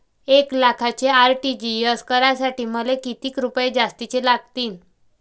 एक लाखाचे आर.टी.जी.एस करासाठी मले कितीक रुपये जास्तीचे लागतीनं?